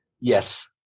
Yes